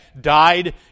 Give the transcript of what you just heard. died